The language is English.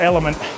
Element